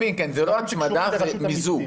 אז זו לא הצמדה, זה מיזוג.